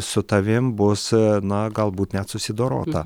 su tavim bus na galbūt net susidorota